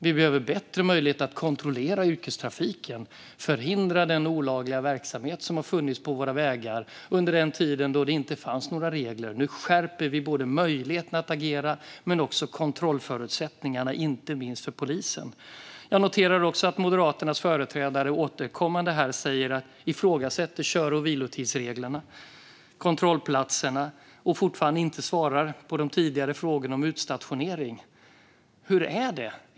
Vi behöver bättre möjligheter att kontrollera yrkestrafiken och förhindra den olagliga verksamhet som har funnits på våra vägar under den tid då det inte fanns några regler. Nu skärper vi både möjligheterna att agera och kontrollförutsättningarna, inte minst för polisen. Jag noterar också att Moderaternas företrädare återkommande här ifrågasätter kör och vilotidsreglerna och kontrollplatserna och fortfarande inte svarar på de tidigare frågorna om utstationering. Hur är det?